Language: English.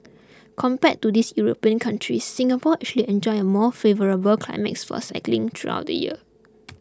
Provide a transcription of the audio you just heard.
compared to these European countries Singapore actually enjoy a more favourable climate for cycling throughout the year